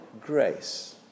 grace